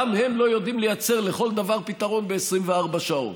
וגם הם לא יודעים לייצר לכל דבר פתרון ב-24 שעות.